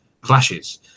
clashes